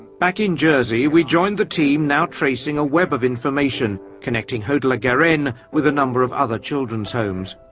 back in jersey we joined the team now tracing a web of information connecting haut de la garenne with a number of other children's homes.